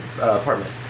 apartment